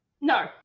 No